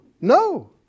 No